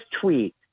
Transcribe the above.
tweet